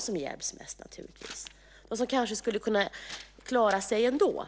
som hjälps mest. Det handlar om dem, åtminstone en del av dem, som skulle kunna klara sig ändå.